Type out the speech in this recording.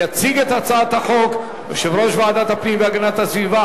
יציג את הצעת החוק יושב-ראש ועדת הפנים והגנת הסביבה,